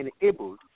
enabled